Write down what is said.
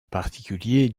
particulier